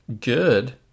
good